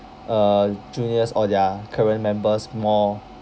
uh juniors or their current members more